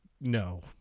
no